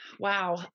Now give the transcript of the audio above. Wow